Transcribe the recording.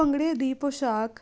ਭੰਗੜੇ ਦੀ ਪੋਸ਼ਾਕ